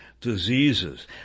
Diseases